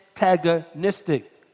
antagonistic